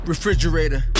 Refrigerator